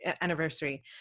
anniversary